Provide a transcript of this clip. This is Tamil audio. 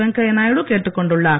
வெங்கையா நாயுடு கேட்டுக்கொண்டுள்ளார்